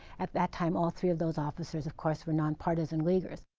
at that time all three of those officers, of course, were nonpartisan leaguers.